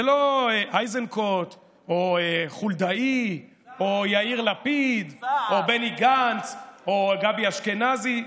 זה לא איזנקוט או חולדאי או יאיר לפיד או בני גנץ או גבי אשכנזי.